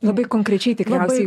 labai konkrečiai tikriausiai